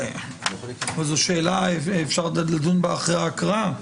זו שאלה שאפשר לדון בה אחרי ההקראה,